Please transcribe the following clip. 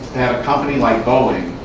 a company like boeing,